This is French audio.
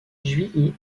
juillet